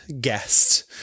guest